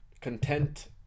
content